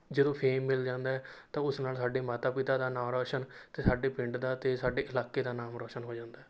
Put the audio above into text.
ਜਦੋਂ ਫੇਮ ਮਿਲ ਜਾਂਦਾ ਹੈ ਤਾਂ ਉਸ ਨਾਲ ਸਾਡੇ ਮਾਤਾ ਪਿਤਾ ਦਾ ਨਾਂ ਰੋਸ਼ਨ ਅਤੇ ਸਾਡੇ ਪਿੰਡ ਦਾ ਅਤੇ ਸਾਡੇ ਇਲਾਕੇ ਦਾ ਨਾਮ ਰੋਸ਼ਨ ਹੋ ਜਾਂਦਾ ਹੈ